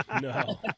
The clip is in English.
No